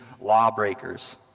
lawbreakers